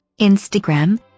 Instagram